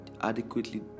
adequately